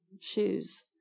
shoes